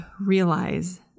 realize